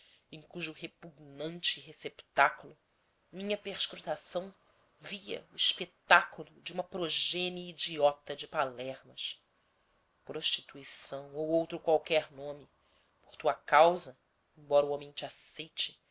em cujo repugnante receptáculo minha perscrutação via o espetáculo de uma progênie idiota de palermas prostituição ou outro qualquer nome por tua causa embora o homem te aceite